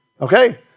Okay